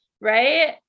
right